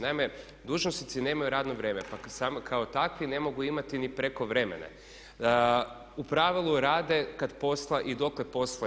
Naime, dužnosnici nemaju radno vrijeme pa kao takvi ne mogu imati ni prekovremene, u pravilu rade kad posla i dokle posla.